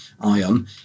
ion